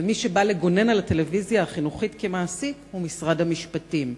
ומי שבא לגונן על הטלוויזיה החינוכית כמעסיק הוא משרד המשפטים.